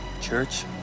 Church